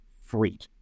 freak